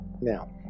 Now